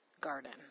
garden